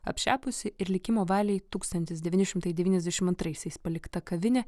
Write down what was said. apšepusi ir likimo valiai tūkstantis devyni šimtai devyniasdešim antraisiais palikta kavinė